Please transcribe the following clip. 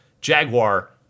Jaguar